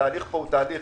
התהליך פה הוא לא רגיל.